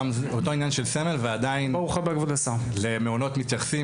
אותו עניין של סמל ועדיין למעונות מתייחסים,